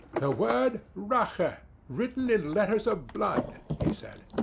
the word rache, written in letters of blood, he said.